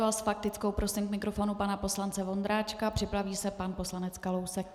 S faktickou prosím k mikrofonu pana poslance Vondráčka, připraví se pan poslanec Kalousek.